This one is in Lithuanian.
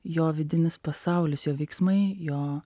jo vidinis pasaulis jo veiksmai jo